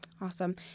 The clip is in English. Awesome